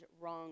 wrong